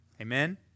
Amen